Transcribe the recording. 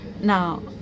Now